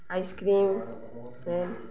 icecream